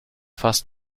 fast